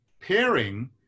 pairing